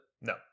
no